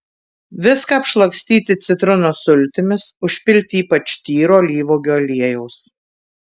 viską apšlakstyti citrinos sultimis užpilti ypač tyro alyvuogių aliejaus